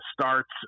starts